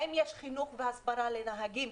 האם יש חינוך והסברה לנהגים,